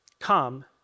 come